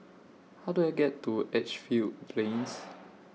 How Do I get to Edgefield Plains